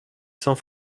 sans